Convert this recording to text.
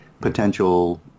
potential